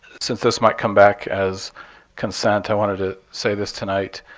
since this might come back as consent, i wanted to say this tonight.